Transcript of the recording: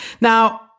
Now